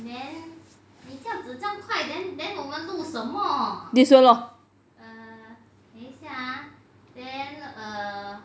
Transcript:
就是 lor